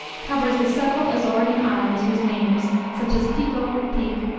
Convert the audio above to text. covers the several azorian islands whose names, such as pico, peak,